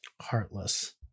heartless